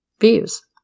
views